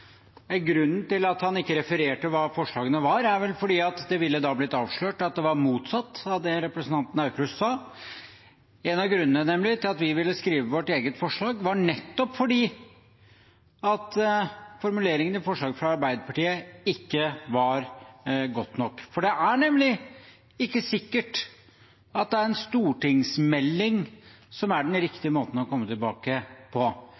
Grunnen til at han ikke refererte hva forslaget var, er vel at det da ville blitt avslørt at det var motsatt av det representanten Aukrust sa. En av grunnene til at vi ville skrive vårt eget forslag, var nettopp at formuleringene i forslaget fra Arbeiderpartiet ikke var gode nok. For det er nemlig ikke sikkert at det er en stortingsmelding som er den riktige måten å komme tilbake på.